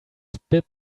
spit